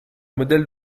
modèle